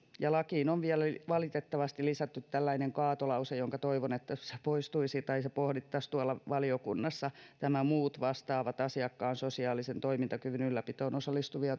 ja lakiin on vielä valitettavasti lisätty tällainen kaatolause ja toivon että se poistuisi tai se pohdittaisiin tuolla valiokunnassa tämä muut vastaavat asiakkaan sosiaalisen toimintakyvyn ylläpitoon